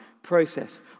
process